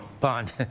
Bond